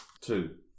Two